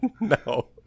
No